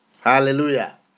Hallelujah